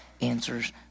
answers